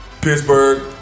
Pittsburgh